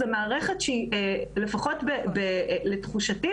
זו מערכת שלפחות לתחושתי,